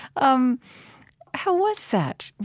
um how was that,